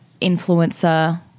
influencer